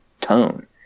tone